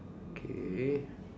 K